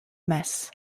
masse